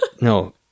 No